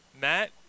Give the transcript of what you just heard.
Matt